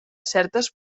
certes